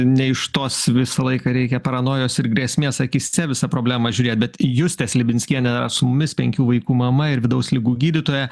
ne iš tos visą laiką reikia paranojos ir grėsmės akyse visą problemą žiūrėt bet justė slibinskienė su mumis penkių vaikų mama ir vidaus ligų gydytoja